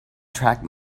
track